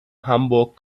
hamburg